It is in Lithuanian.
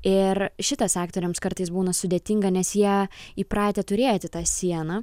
ir šitas aktoriams kartais būna sudėtinga nes jie įpratę turėti tą sieną